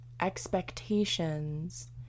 expectations